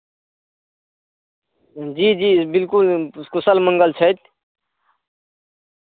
जी जी बिल्कुल कुशल मङ्गल छथि